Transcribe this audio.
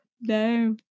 No